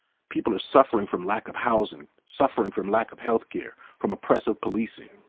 people are suffering from lack of housing, suffering from lack of healthcare, from oppressive policing.